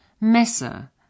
Messer